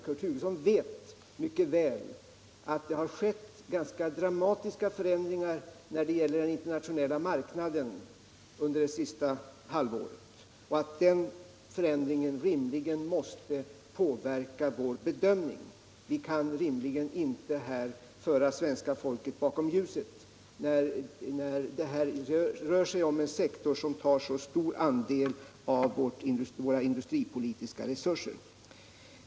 Kurt Hugosson vet mycket väl att det har skett ganska dramatiska förändringar på den internationella marknaden under det senaste halvåret och att dessa förändringar måste påverka vår bedömning. Vi kan rimligtvis inte föra svenska folket bakom ljuset. Det rör sig om en sektor som tar i anspråk en mycket stor andel av våra industripolitiska resurser.